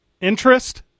interest